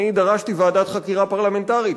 אני דרשתי ועדת חקירה פרלמנטרית.